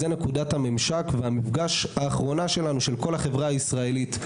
זה נקודת הממשק והמפגש האחרונה שלנו של כל החברה הישראלית.